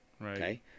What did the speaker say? Right